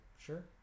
Sure